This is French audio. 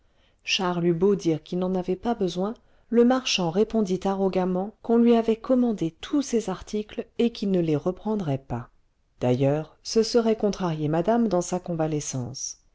charles eut beau dire qu'il n'en avait pas besoin le marchand répondit arrogamment qu'on lui avait commandé tous ces articles et qu'il ne les reprendrait pas d'ailleurs ce serait contrarier madame dans sa